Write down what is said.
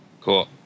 cool